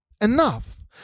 enough